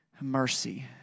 mercy